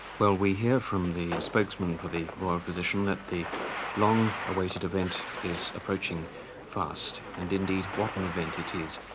well we hear from the spokesman for the royal physician that the long awaited event is approaching fast, and indeed what an event it is.